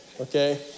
okay